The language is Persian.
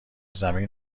زمین